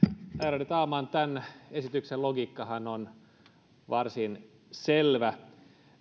ärade talman tämän esityksen logiikkahan on varsin selvä